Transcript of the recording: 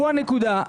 כאן הנקודה.